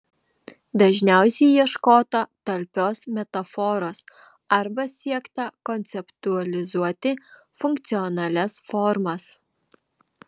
dažniausiai ieškota talpios metaforos arba siekta konceptualizuoti funkcionalias formas